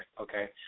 okay